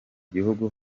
gihugu